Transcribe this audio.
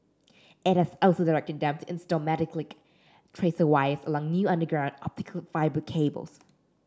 it has also directed them install metallic tracer wires along new underground optical fibre cables